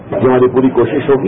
जो ये हमारी पूरी कोशिश होगी